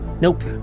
Nope